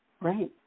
Right